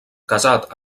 casat